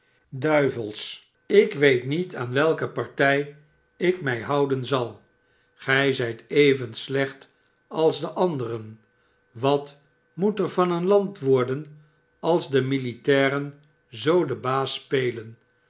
duivels ik weet niet aan welke partij ik mij houden zal gij zijt even slecht als de anderen wat moet er van het land worden als de militairen zoo den baas spelen